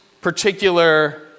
particular